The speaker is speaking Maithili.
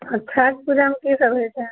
छठि पूजामे की सभ होइ छै